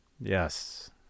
Yes